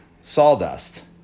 sawdust